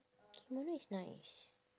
kimono is nice